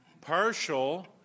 Partial